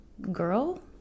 girl